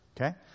Okay